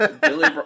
Billy